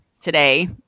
today